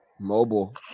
mobile